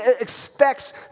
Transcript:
expects